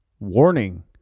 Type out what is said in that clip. Warning